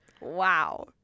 Wow